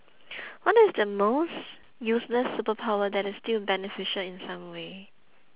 what is the most useless superpower that is still beneficial in some way